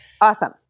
Awesome